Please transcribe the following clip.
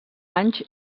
anys